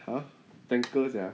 !huh! tanker sia